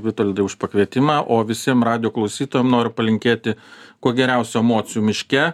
vitoldai už pakvietimą o visiem radijo klausytojam noriu palinkėti kuo geriausių emocijų miške